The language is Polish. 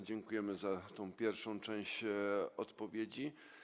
Dziękujemy za tę pierwszą część odpowiedzi.